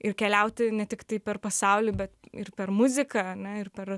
ir keliauti ne tiktai per pasaulį bet ir per muziką ane per